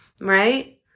right